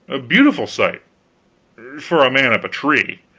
a beautiful sight for a man up a tree.